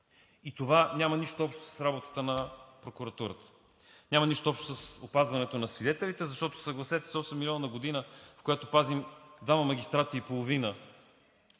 И това няма нищо общо с работата на прокуратурата, няма нищо общо с опазването на свидетелите, защото, съгласете се, 8 милиона на година, в която пазим двама магистрати и половина,